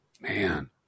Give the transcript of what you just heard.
Man